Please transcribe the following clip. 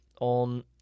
on